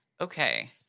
Okay